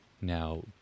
Now